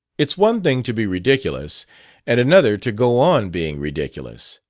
it's one thing to be ridiculous and another to go on being ridiculous.